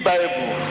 Bible